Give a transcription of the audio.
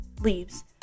leaves